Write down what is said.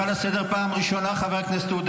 סדרנים, להוריד בבקשה את חבר הכנסת כסיף מהדוכן.